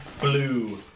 blue